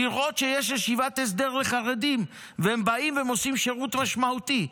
לראות שיש ישיבת הסדר לחרדים והם באים ועושים שירות משמעותי.